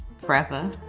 forever